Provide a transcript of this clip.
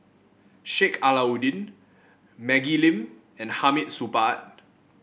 Sheik Alau'ddin Maggie Lim and Hamid Supaat